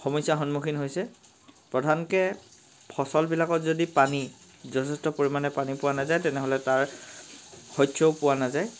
সমস্যাৰ সন্মুখীন হৈছে প্ৰধানকৈ ফচলবিলাকত যদি পানী যথেষ্ট পৰিমাণে পানী পোৱা নাযায় তেনেহ'লে তাৰ শস্যও পোৱা নাযায়